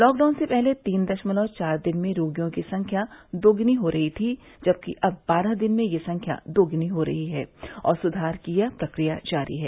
lockdown से पहले तीन दशमलव चार दिन में रोगियों की संख्या दुगुनी हो रही थी जबकि अब बारह दिन में ये संख्या दुगुनी हो रही है और सुधार की यह प्रक्रिया जारी है